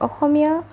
অসমীয়া